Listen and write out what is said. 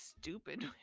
stupid